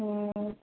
ம் ம்